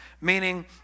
meaning